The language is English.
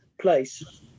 place